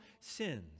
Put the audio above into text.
sins